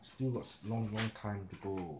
still got long long time to go